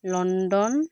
London